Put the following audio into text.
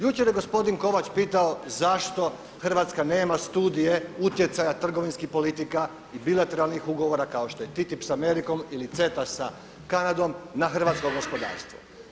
Jučer je gospodin Kovač pitao zašto Hrvatska nema studije utjecaja trgovinskih politika i bilateralnih ugovora kao što je TTIP sa Amerikom ili CETA sa Kanadom na hrvatsko gospodarstvo.